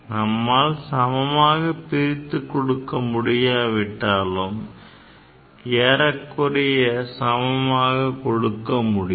நம்மால் சமமாகப் பிரித்துக் கொடுக்க முடியாவிட்டாலும் ஏறக்குறைய சமமாக கொடுக்க முடியும்